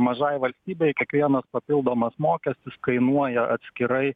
mažai valstybei kiekvienas papildomas mokestis kainuoja atskirai